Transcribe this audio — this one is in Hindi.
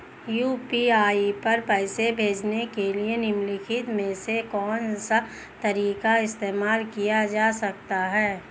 यू.पी.आई पर पैसे भेजने के लिए निम्नलिखित में से कौन सा तरीका इस्तेमाल किया जा सकता है?